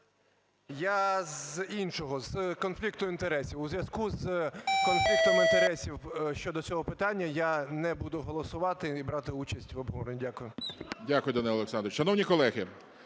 Я з іншого, з конфлікту інтересів. У зв'язку з конфліктом інтересів щодо цього питання я не буду голосувати і брати участь в обговоренні. Дякую. ГОЛОВУЮЧИЙ. Дякую, Данило Олександрович. Шановні колеги,